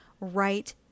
right